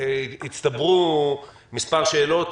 הצטברו מספר שאלות.